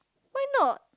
why not